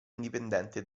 indipendente